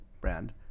brand